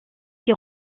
qui